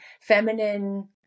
feminine